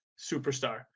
superstar